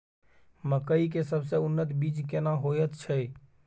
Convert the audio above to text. मकई के सबसे उन्नत बीज केना होयत छै?